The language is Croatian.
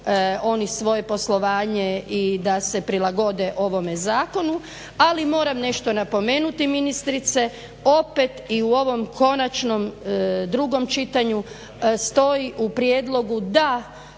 oni svoje poslovanje i da se prilagode ovom zakonu. Ali moram nešto napomenuti ministrice, opet i u ovom konačnom drugom čitanju stoji u prijedlogu da